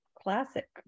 Classic